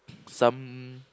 some